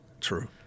True